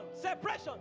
separation